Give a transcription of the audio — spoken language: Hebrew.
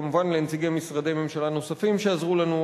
וכמובן לנציגי משרדי ממשלה נוספים שעזרו לנו,